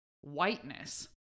whiteness